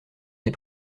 des